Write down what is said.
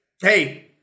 hey